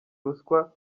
ruswa